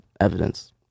evidence